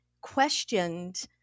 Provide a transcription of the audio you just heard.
questioned